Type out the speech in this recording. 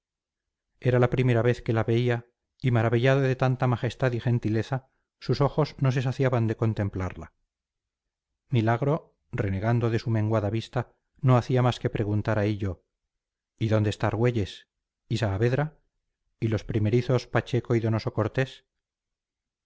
era la primera vez que la veía y maravillado de tanta majestad y gentileza sus ojos no se saciaban de contemplarla milagro renegando de su menguada vista no hacía más que preguntar a hillo y dónde está argüelles y saavedra y los primerizos pacheco y donoso cortés